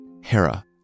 Hera